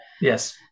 Yes